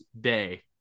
day